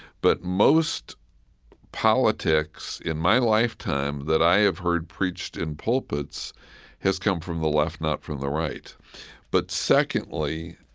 but most politics in my lifetime that i have heard preached in pulpits has come from the left, not from the right but secondly,